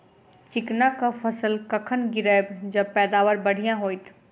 चिकना कऽ फसल कखन गिरैब जँ पैदावार बढ़िया होइत?